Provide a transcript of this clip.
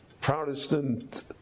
Protestant